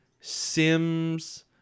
Sims